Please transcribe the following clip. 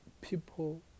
people